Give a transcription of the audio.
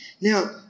Now